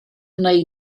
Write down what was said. wnei